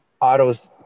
autos